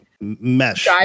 mesh